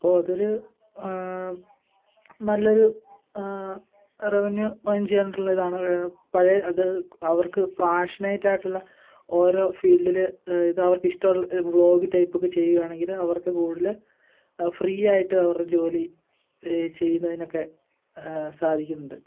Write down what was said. അപ്പോൾ അതൊരു നല്ലൊരു റെവന്യൂ ഏൺ ചെയ്യാനുള്ളൊരിതാണ് പഴയ അത് അവർക്ക് പാഷനേറ്റായിട്ടുള്ള ഓരോ ഫീൽഡിൽ ഇത് അവർക്കിഷ്ടമുള്ള വ്ളോഗ് ടൈപ്പൊക്കെ ചെയ്യുകയാണെങ്കിൽ അവർക്ക് കൂടുതൽ ഫ്രീ ആയിട്ട് അവരുടെ ജോലി ചെയ്യുന്നതിനൊക്കെ സാധിക്കുന്നുണ്ട്